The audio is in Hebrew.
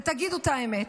ותגידו את האמת.